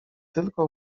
tylko